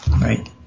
right